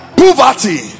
Poverty